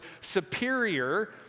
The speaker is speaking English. superior